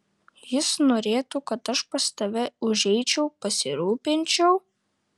jis norėtų kad aš pas tave užeičiau pasirūpinčiau